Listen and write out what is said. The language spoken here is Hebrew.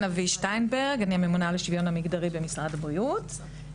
אני ממונה על השוויון המגדרי במשרד הבריאות,